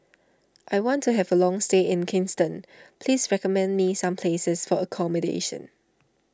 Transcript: I want to have a long stay in Kingston please recommend me some places for accommodation